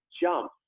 jump